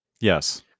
Yes